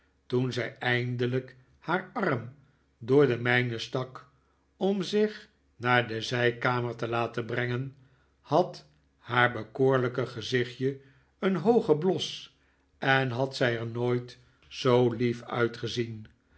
toen zij eindelijk haar arm door den mijnen stak om zich naar de zijkamer te laten brengen had haar bekoorlijke gezichtje een hoogen bios en had zij er nooit zoo lief uitgezien